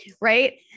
right